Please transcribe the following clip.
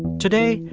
today,